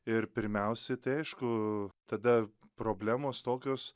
ir pirmiausi tai aišku tada problemos tokios